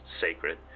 sacred